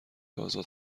ازاد